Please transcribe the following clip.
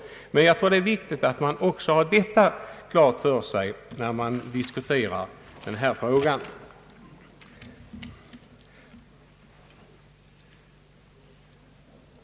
Det är viktigt att man också har detta klart för sig när man diskuterar denna fråga.